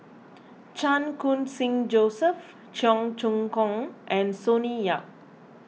Chan Khun Sing Joseph Cheong Choong Kong and Sonny Yap